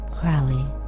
Crowley